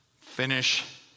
Finish